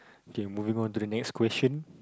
K moving on to the next question